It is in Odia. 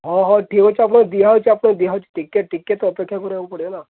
ହଁ ହଁ ଠିକ୍ ଅଛି ଆପଣଙ୍କୁ ଦିଆ ହେଉଛି ଆପଣଙ୍କୁ ଦିଆ ହେଉଛି ଟିକେ ଟିକେ ତ ଅପେକ୍ଷା କରିବାକୁ ପଡ଼ିବ ନା